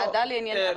זו ועדה לענייני ערביות.